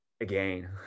again